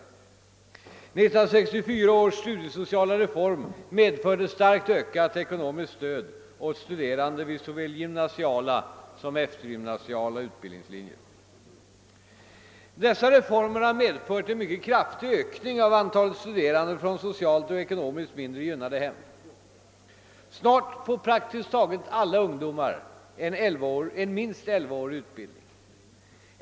1964 års studiesociala reform medförde starkt ökat ekonomiskt stöd åt studerande vid såväl gymnasiala som eftergymnasiala utbildningslinjer. Dessa reformer har medfört en mycket kraftig ökning av antalet studerande från socialt och ekonomiskt mindre gynnade hem. Snart får praktiskt taget alla ungdomar en minst 11-årig utbildning.